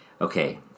okay